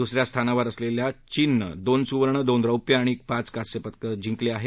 दुस या स्थानावर असलेल्या चीननं दोन सुवर्ण दोन रौप्य आणि पाच कास्य पदक जिंकली आहेत